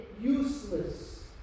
useless